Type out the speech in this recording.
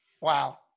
Wow